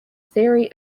theory